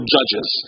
Judges